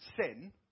sin